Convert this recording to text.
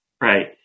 right